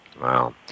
Wow